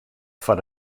foar